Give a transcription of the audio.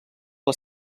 les